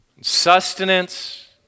sustenance